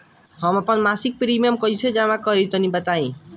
हम आपन मसिक प्रिमियम कइसे जमा करि तनि बताईं?